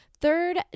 Third